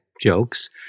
jokes